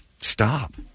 Stop